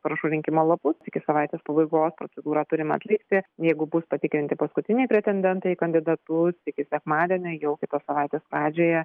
parašų rinkimo lapus iki savaitės pabaigos procedūrą turime atlikti jeigu bus patikrinti paskutiniai pretendentai į kandidatus iki sekmadienio jau kitos savaitės pradžioje